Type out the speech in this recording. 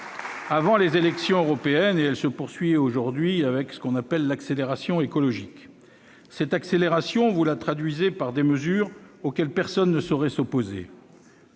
avant les élections européennes. Elle se poursuit aujourd'hui avec ce que l'on appelle l'« accélération écologique ». Cette accélération, vous la traduisez par des mesures auxquelles personne ne saurait s'opposer